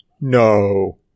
No